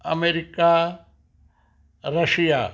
America Russia